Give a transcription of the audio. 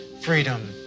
freedom